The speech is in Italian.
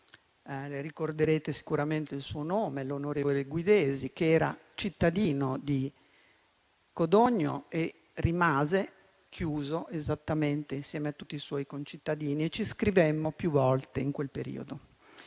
ricorderete sicuramente, l'onorevole Guidesi, che era cittadino di Codogno e rimase chiuso insieme a tutti i suoi concittadini. Ci scrivemmo più volte in quel periodo.